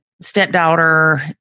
stepdaughter